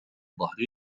ظهر